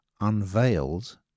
Unveiled